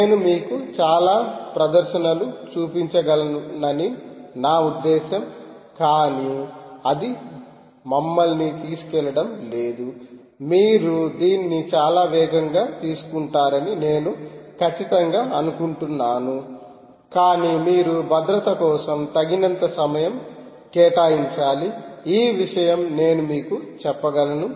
నేను మీకు చాలా ప్రదర్శనలు చూపించగలనని నా ఉద్దేశ్యం కానీ అది మమ్మల్ని తీసుకెళ్లడం లేదు మీరు దీన్ని చాలా వేగంగా తీసుకుంటారని నేను ఖచ్చితంగా అనుకుంటున్నాను కాని మీరు భద్రత కోసం తగినంత సమయం కేటాయించాలిఈ విషయం నేను మీకు చెప్పగలను